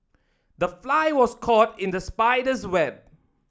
the fly was caught in the spider's web